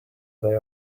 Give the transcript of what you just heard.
they